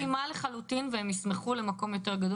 אני מסכימה לחלוטין והם ישמחו למקום גדול יותר.